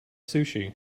sushi